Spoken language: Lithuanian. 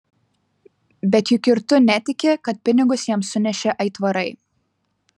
bet juk ir tu netiki kad pinigus jam sunešė aitvarai